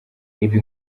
ibi